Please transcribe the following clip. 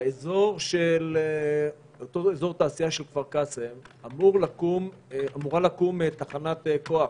באזור התעשייה של כפר קאסם אמורה לקום תחנת כוח,